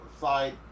side